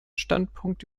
standpunkt